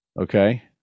Okay